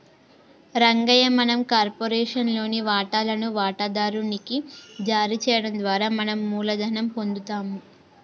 రంగయ్య మనం కార్పొరేషన్ లోని వాటాలను వాటాదారు నికి జారీ చేయడం ద్వారా మనం మూలధనం పొందుతాము